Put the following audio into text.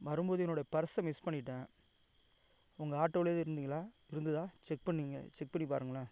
வரும்போது என்னோடைய பர்ஸ்ஸை மிஸ் பண்ணிவிட்டேன் உங்கள் ஆட்டோவில் எதுவும் இருந்துங்களா இருந்துதா செக் பண்ணீங்க செக் பண்ணிப் பாருங்களேன்